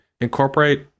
incorporate